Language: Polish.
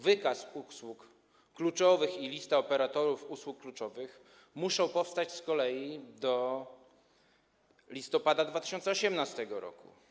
Wykaz usług kluczowych i lista operatorów usług kluczowych muszą powstać z kolei do listopada 2018 r.